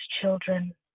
children